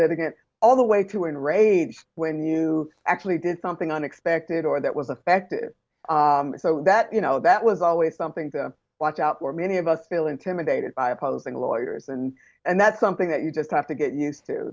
litigant all the way to in rage when you actually did something unexpected or that was affected so that you know that was always something to watch out for many of us feel intimidated by opposing lawyers and and that's something that you just have to get used to